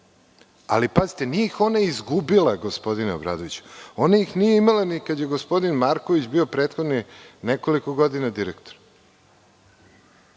neophodne. Nije ih ona izgubila, gospodine Obradoviću. Ona ih nije imala ni kad je gospodin Marković bio prethodnih nekoliko godina direktor.